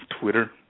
Twitter